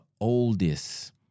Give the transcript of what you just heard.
oldest